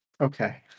Okay